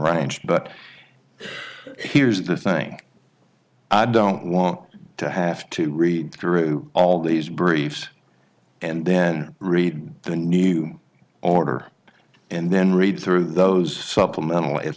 ranch but here's the thing i don't want to have to read through all these briefs and then read the new order and then read through those supplemental